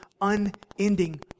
unending